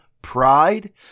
pride